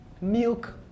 milk